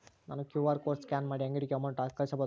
ನಾನು QR code scan ಮಾಡಿ ಅಂಗಡಿಗೆ ಅಮೌಂಟ್ ಕಳಿಸಬಹುದಾ?